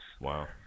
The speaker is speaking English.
Wow